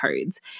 codes